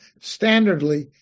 standardly